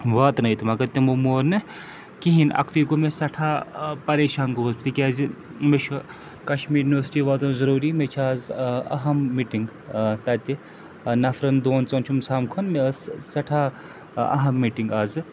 واتنٲیِتھ مگر تِمو مون نہٕ کِہیٖنۍ اَکھتُے گوٚو مےٚ سٮ۪ٹھاہ پریشان گوس بہٕ تِکیٛازِ مےٚ چھُ کَشمیٖر یونیورسٹی واتُن ضٔروٗری مےٚ چھِ آز اَہم مِٹِنٛگ تَتہِ نَفرَن دۄن ژۄن چھُم سمکھُن مےٚ ٲس سٮ۪ٹھاہ اَہم مِٹِنٛگ آزٕ